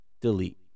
Delete